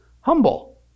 humble